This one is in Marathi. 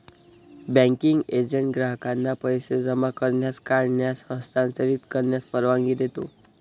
बँकिंग एजंट ग्राहकांना पैसे जमा करण्यास, काढण्यास, हस्तांतरित करण्यास परवानगी देतो